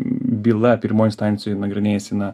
byla pirmoj instancijoj nagrinėjasi na